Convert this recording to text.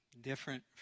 different